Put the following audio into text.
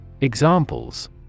Examples